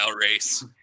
race